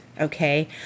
Okay